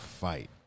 fight